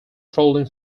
folding